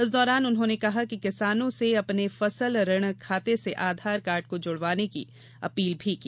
इस दौरान उन्होंने किसानों से अपने फसल ऋण खाते से आधार कार्ड को जुड़वाने की अपील की